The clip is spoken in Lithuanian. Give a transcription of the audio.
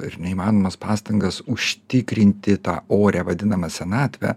ir neįmanomas pastangas užtikrinti tą orią vadinama senatvę